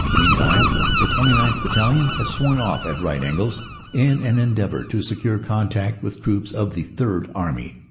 meantime the twenty ninth. battalion had swung off at right angles in an endeavor to secure contact with troops of the third army.